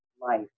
life